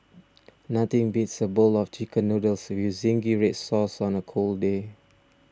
nothing beats a bowl of Chicken Noodles with Zingy Red Sauce on a cold day